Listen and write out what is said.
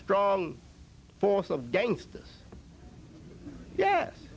strong force of gangsters yes